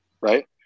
right